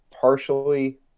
partially